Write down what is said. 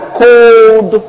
cold